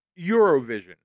Eurovision